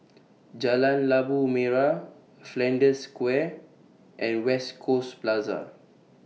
Jalan Labu Merah Flanders Square and West Coast Plaza